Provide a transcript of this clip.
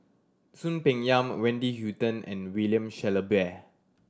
Soon Peng Yam Wendy Hutton and William Shellabear